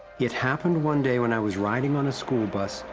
it happened one day when i was riding on a school bus,